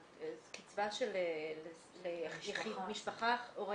משפחה, הורה